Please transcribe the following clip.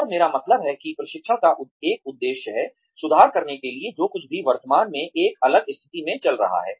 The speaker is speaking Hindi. और मेरा मतलब है कि प्रशिक्षण का एक उद्देश्य है सुधार करने के लिए जो कुछ भी वर्तमान में एक अलग स्थिति में चल रहा है